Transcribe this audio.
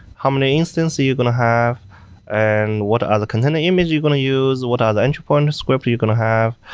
how many instance are you going to have and what other container image you're going to use, what other entry point script you're going to have.